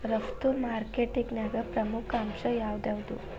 ರಫ್ತು ಮಾರ್ಕೆಟಿಂಗ್ನ್ಯಾಗ ಪ್ರಮುಖ ಅಂಶ ಯಾವ್ಯಾವ್ದು?